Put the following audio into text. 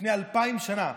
לפני אלפיים שנה,